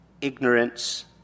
Ignorance